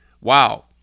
wow